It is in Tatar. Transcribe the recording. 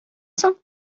соң